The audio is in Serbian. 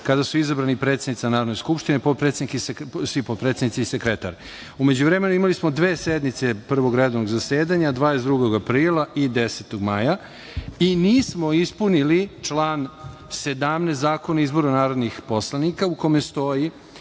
kada su izabrani predsednica Narodne skupštine, potpredsednik, svi potpredsednici i sekretar. U međuvremenu, imali smo dve sednice Prvog redovnog zasedanja, 22. aprila i 10. maja i nismo ispunili član 17. Zakona o izboru narodnih poslanika, u kome stoji